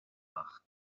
amach